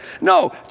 No